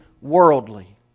worldly